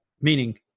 Meaning